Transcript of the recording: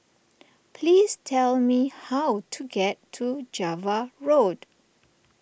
please tell me how to get to Java Road